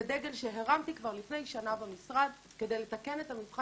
זה דגל שהרמתי כבר לפני שנה במשרד כדי לתקן את מבחן